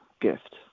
gift